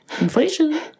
Inflation